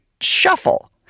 shuffle